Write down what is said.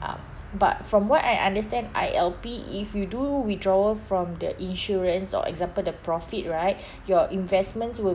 um but from what I understand I_L_P if you do withdrawal from the insurance or example the profit right your investments will